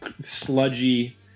sludgy